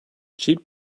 cheap